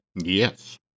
Yes